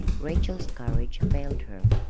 rachel's courage failed her.